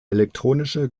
elektronische